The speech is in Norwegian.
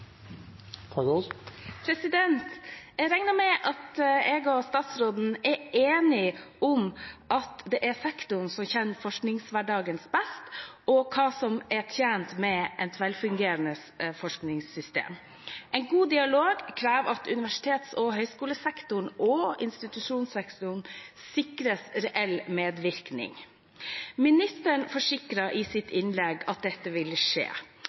nylig. Jeg regner med at statsråden og jeg er enige om at det er sektoren som kjenner forskningshverdagen best, og hva som er tjent med et velfungerende forskningssystem. En god dialog krever at universitets- og høyskolesektoren og institusjonssektoren sikres reell medvirkning. Statsråden forsikret i sitt innlegg at dette vil skje.